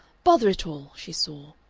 bother it all! she swore.